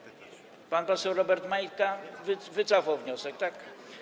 Pan poseł Robert Majka wycofał wniosek, tak?